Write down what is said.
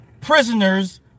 prisoners